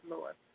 Lord